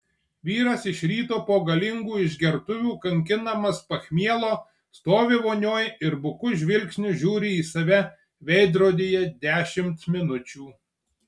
vyras iš ryto po galingų išgertuvių kankinamas pachmielo stovi vonioj ir buku žvilgsniu žiūri į save veidrodyje dešimt minučių